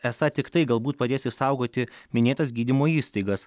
esą tiktai galbūt padės išsaugoti minėtas gydymo įstaigas